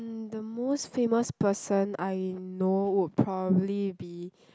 the most famous person I know would probably be